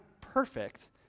perfect